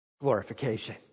Glorification